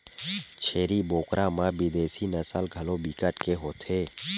छेरी बोकरा म बिदेसी नसल घलो बिकट के होथे